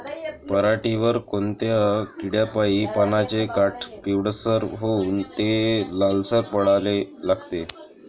पऱ्हाटीवर कोनत्या किड्यापाई पानाचे काठं पिवळसर होऊन ते लालसर पडाले लागते?